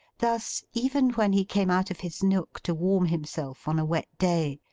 thus, even when he came out of his nook to warm himself on a wet day,